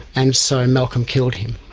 and so malcolm killed him.